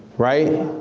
right?